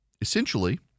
Essentially